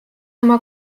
oma